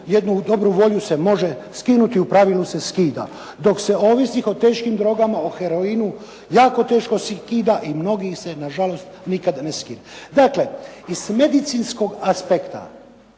jednu dobru volju se može skinuti, u pravilu se skida. Dok se ovisnik o teškim drogama o heroinu jako teško skida i mnogi se na žalost nikada ne skinu. Dakle, iz medicinskog aspekta